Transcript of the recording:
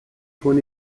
con